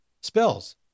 spells